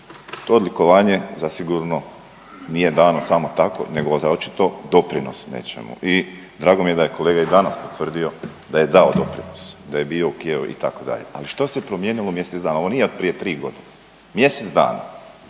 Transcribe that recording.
To odlikovanje zasigurno nije dano samo tako nego za očito doprinos nečemu i drago mi je da je kolega i danas potvrdio da je dao doprinos, da je bio u Kijevu, itd. Ali, što se promijenilo mjesec dana, ovo nije od prije 3 godine? Mjesec dana.